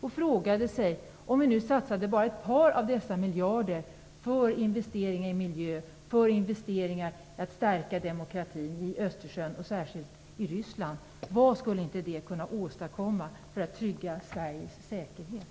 Han frågade sig: Om vi nu satsade bara ett par av dessa miljarder för investeringar i miljö, för att stärka demokratin i Östersjöområdet och särskilt Ryssland, vad skulle inte detta kunna åstadkomma för att trygga Sveriges säkerhet?